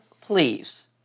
Please